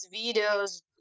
videos